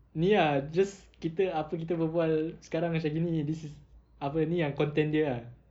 ya just kita apa kita berbual sekarang macam gini this is apa ini ah content dia lah